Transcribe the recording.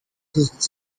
those